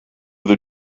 the